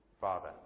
Father